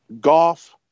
golf